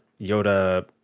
Yoda